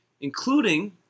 including